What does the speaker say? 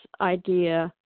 idea